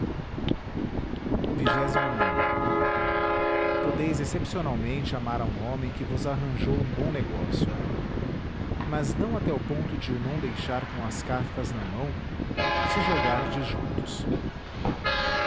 a odeis excepcionalmente amar a um homem que vos arranjou um bom negócio mas não até o ponto de o não deixar com as cartas na mão se jogardes juntos